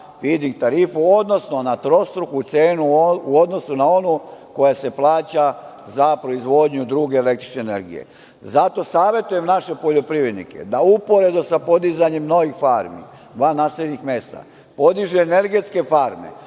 fiding tarifu, odnosno na trostruku cenu u odnosu na onu koja se plaća za proizvodnju druge električne energije. Savetujemo naše poljoprivrednike da uporedo sa podizanjem novih farmi van naseljenih mesta, podiže energetske farme,